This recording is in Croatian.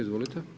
Izvolite.